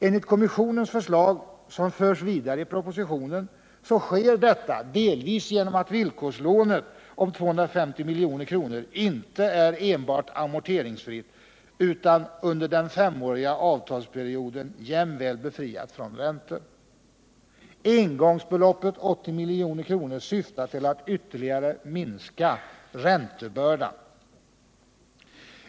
Enligt kommissionens förslag, som förs vidare i propositionen, sker detta delvis genom att villkorslånet om 250 milj.kr. inte är enbart amorteringsfritt under den femåriga avtalsperioden utan jämväl befriat från räntor. Engångsbeloppet, 80 milj.kr., syftar till att ytterligare minska räntebördan.